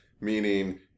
meaning